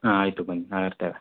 ಹಾಂ ಆಯಿತು ಬನ್ನಿ ನಾವು ಇರ್ತೇವೆ